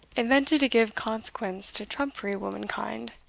invented to give consequence to trumpery womankind.